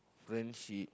friendship